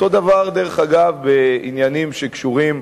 אותו הדבר בעניינים שקשורים,